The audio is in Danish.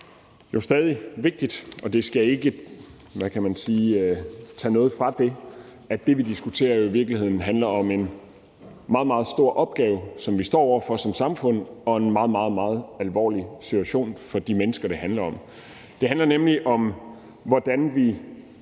det er jo stadig væk vigtigt, og det skal ikke tage – hvad skal man sige – fokus fra, at det, vi diskuterer, i virkeligheden handler om en meget stor opgave, som vi står over for som samfund, og om en meget, meget alvorlig situation for de mennesker, som det handler om. Det handler nemlig om, hvordan vi